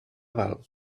val